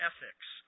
Ethics